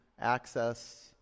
access